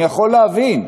אני יכול להבין,